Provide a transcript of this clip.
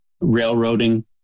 railroading